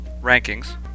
rankings